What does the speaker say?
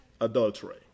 adultery